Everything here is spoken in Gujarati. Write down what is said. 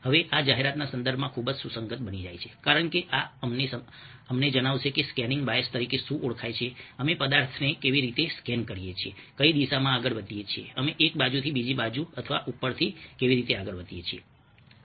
હવે આ જાહેરાતના સંદર્ભમાં ખૂબ જ સુસંગત બની જાય છે કારણ કે આ અમને જણાવશે કે સ્કેનિંગ બાયસ તરીકે શું ઓળખાય છે અમે પદાર્થને કેવી રીતે સ્કેન કરીએ છીએ કઈ દિશામાં આગળ વધીએ છીએ અમે એક બાજુથી બીજી બાજુ અથવા ઉપરથી કેવી રીતે આગળ વધીએ છીએ